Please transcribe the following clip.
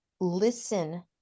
listen